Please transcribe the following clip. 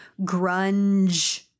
grunge